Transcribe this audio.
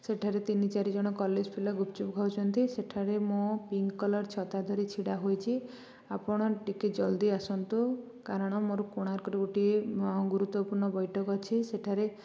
ସେଠାରେ ତିନି ଚାରି ଜଣ କଲେଜ୍ ପିଲା ଗୁପ୍ଚୁପ୍ ଖାଉଛନ୍ତି ସେଠାରେ ମୁଁ ପିଙ୍କ୍ କଲର୍ ଛତା ଧରି ଛିଡ଼ା ହେଇଛି ଆପଣ ଟିକେ ଜଲ୍ଦି ଆସନ୍ତୁ କାରଣ ମୋର କୋଣାର୍କରେ ଗୋଟିଏ ଗୁରୁତ୍ଵପୁର୍ଣ ବୈଠକ ଅଛି